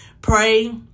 Pray